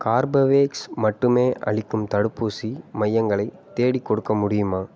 Corbevax மட்டுமே அளிக்கும் தடுப்பூசி மையங்களைத் தேடிக் கொடுக்க முடியுமா